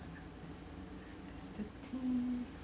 ya that's that's the tea